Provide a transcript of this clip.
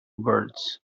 birds